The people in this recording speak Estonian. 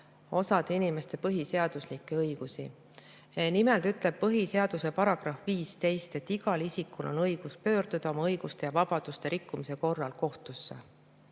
osade inimeste põhiseaduslikke õigusi. Nimelt ütleb põhiseaduse § 15, et igal isikul on õigus pöörduda oma õiguste ja vabaduste rikkumise korral kohtusse.